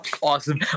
Awesome